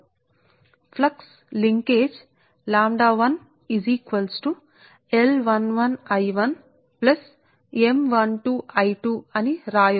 కాబట్టి మీరుఫ్లక్స్ linkage λ 1 is equal to L11I1M12 I2 సరే దీనికి కరెంట్ I2 కారణం